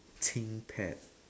ThinkPad